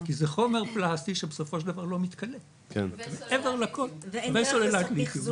כי זה חומר פלסטי שבסופו של דבר לא מתכלה וסוללת ליטיום.